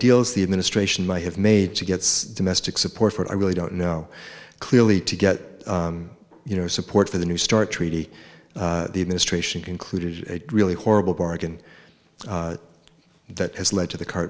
deals the administration might have made to get domestic support but i really don't know clearly to get you know support for the new start treaty the administration concluded a really horrible bargain that has led to the c